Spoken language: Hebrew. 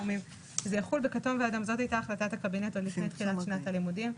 זאת הייתה החלטת הקבינט עוד לפני פתיחת שנת הלימודים.